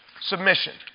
submission